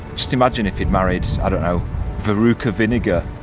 just imagine if he'd married, i don't know veruca vinegar.